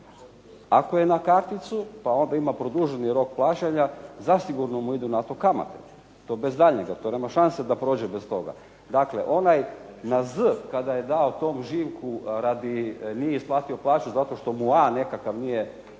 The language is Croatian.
Ako je na karticu, pa onda ima produženi rok plaćanja zasigurno mu idu na to kamate. To bez daljnjega. To nema šanse da prođe bez toga. Dakle, onaj na Z kada je dao tom Živku nije isplatio plaću zato što mu A nekakav nije